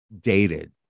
dated